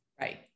right